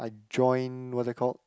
I join what that call